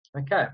Okay